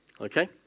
Okay